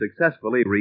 successfully